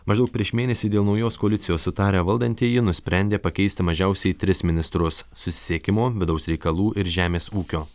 maždaug prieš mėnesį dėl naujos koalicijos sutarę valdantieji nusprendė pakeisti mažiausiai tris ministrus susisiekimo vidaus reikalų ir žemės ūkio